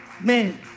Man